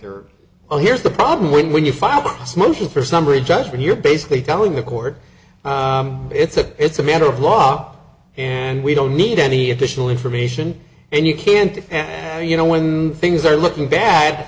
other here's the problem when when you file for us motion for summary judgment you're basically telling the court it's a it's a matter of law up and we don't need any additional information and you can't and you know when things are looking bad